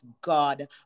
God